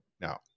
Now